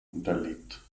unterliegt